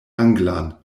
anglan